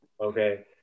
okay